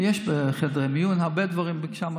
ויש חדרי מיון, הרבה דברים שם.